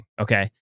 okay